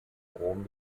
rom